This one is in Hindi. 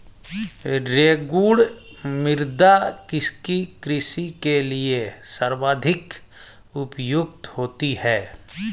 रेगुड़ मृदा किसकी कृषि के लिए सर्वाधिक उपयुक्त होती है?